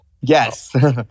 Yes